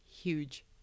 huge